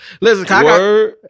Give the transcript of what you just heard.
listen